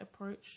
approach